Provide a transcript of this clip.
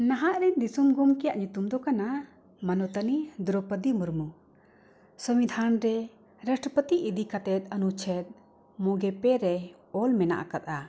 ᱱᱟᱦᱟᱜ ᱨᱮ ᱫᱤᱥᱚᱢ ᱜᱚᱢᱠᱮᱭᱟᱜ ᱧᱩᱛᱩᱢ ᱫᱚ ᱠᱟᱱᱟ ᱢᱟᱱᱚᱛᱟᱱᱤ ᱫᱨᱚᱣᱯᱚᱫᱤ ᱢᱩᱨᱢᱩ ᱥᱚᱝᱫᱷᱟᱱ ᱨᱮ ᱨᱟᱥᱴᱨᱚᱯᱟᱹᱛᱤ ᱤᱫᱤ ᱠᱟᱛᱮᱜ ᱟᱹᱱᱩᱪᱷᱮᱫ ᱢᱚᱜᱮ ᱯᱮ ᱨᱮ ᱚᱞ ᱢᱮᱱᱟᱜ ᱟᱠᱟᱫᱼᱟ